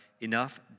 Enough